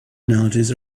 analogies